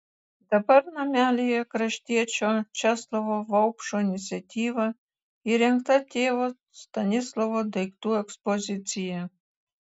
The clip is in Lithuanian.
dabar namelyje kraštiečio česlovo vaupšo iniciatyva įrengta tėvo stanislovo daiktų ekspozicija